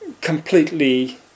completely